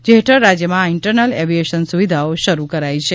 જે હેઠળ રાજ્યમાં આ ઇન્ટરનલ એવીએશન સુવિધાઓ શરૂ કરાઇ છે